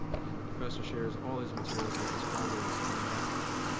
and the professor shares all his materials with his colleagues in the math